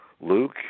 Luke